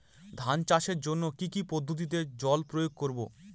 ধান চাষের জন্যে কি কী পদ্ধতিতে জল প্রয়োগ করব?